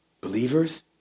believers